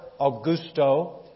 Augusto